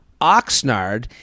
Oxnard